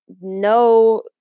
no